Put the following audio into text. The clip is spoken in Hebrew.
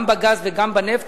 גם בגז וגם בנפט,